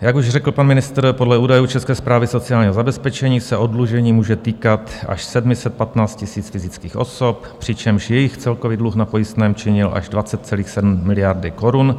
Jak už řekl pan ministr, podle údajů České správy sociálního zabezpečení se oddlužení může týkat až 715 000 fyzických osob, přičemž jejich celkový dluh na pojistném činil až 20,7 miliardy korun.